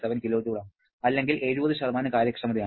7 kJ ആണ് അല്ലെങ്കിൽ 70 കാര്യക്ഷമതയാണ്